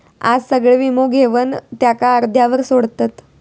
आज सगळे वीमो घेवन त्याका अर्ध्यावर सोडतत